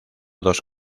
dos